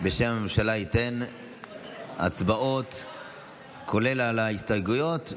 ייתן בשם הממשלה התייחסות כוללת על ההסתייגויות.